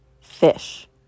fish